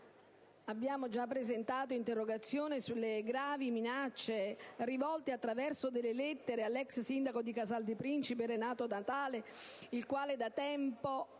Abbiamo già presentato un'interrogazione sulle gravi minacce rivolte, attraverso delle lettere, all'ex sindaco di Casal di Principe, Renato Natale, il quale da tempo